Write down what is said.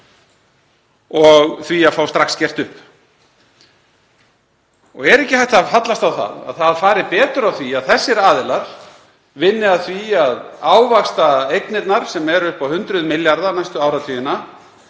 og því að fá strax gert upp. Er ekki hægt að fallast á að það fari betur á því að þessir aðilar vinni að því að ávaxta eignirnar sem eru upp á hundruð milljarða næstu áratugina